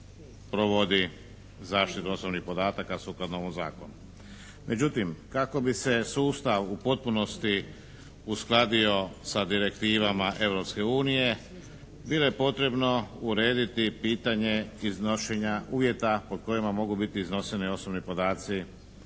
provodi zaštitu osobnih podataka sukladno ovom Zakonu. Međutim kako bi se sustav u potpunosti uskladio sa direktivama Europske unije bilo je potrebno urediti pitanje iznošenja uvjeta po kojima mogu biti iznošeni osobni podaci iz